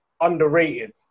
underrated